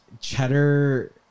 cheddar